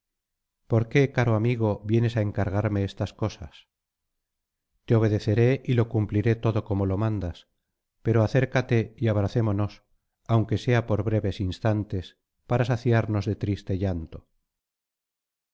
por qué caro amigo vienes á encargarme estas cosas te obedeceré y lo cumpliré todo como lo mandas pero acércate y abracémonos aunque sea por breves insuntes para saciarnos de triste llanto